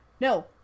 No